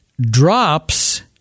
drops